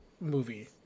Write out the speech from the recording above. movie